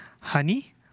Honey